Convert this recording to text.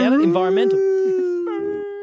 Environmental